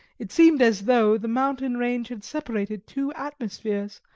it seemed as though the mountain range had separated two atmospheres,